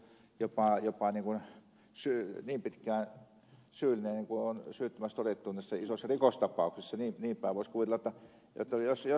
minusta jokainen kansalainen voi ollakin jopa niin pitkään syyllinen kuin on syyttömäksi todettu näissä isoissa rikostapauksissa niinpäin voisi kuvitella